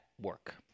work